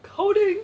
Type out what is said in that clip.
coding